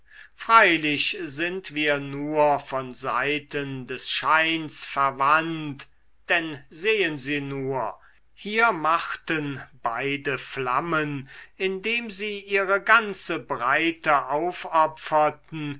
freilich sind wir nur von seiten des scheins verwandt denn sehen sie nur hier machten beide flammen indem sie ihre ganze breite aufopferten